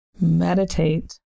meditate